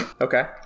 Okay